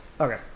Okay